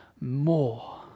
more